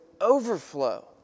overflow